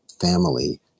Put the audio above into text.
family